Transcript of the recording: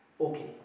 Okay